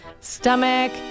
Stomach